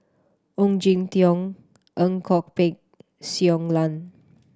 Ong Jin Teong Ang Kok Peng Shui Lan